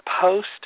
post